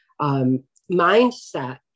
mindset